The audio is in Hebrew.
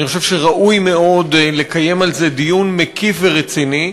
אני חושב שראוי מאוד לקיים על זה דיון מקיף ורציני,